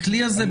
הכלי הזה,